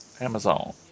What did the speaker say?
Amazon